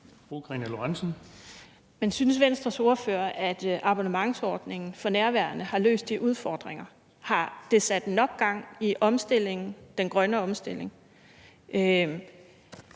Dehnhardt (SF): Men synes Venstres ordfører, at abonnementsordningen for nærværende har løst de udfordringer? Har det sat nok gang i omstillingen, den grønne omstilling?